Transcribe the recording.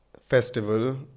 festival